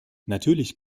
natürlich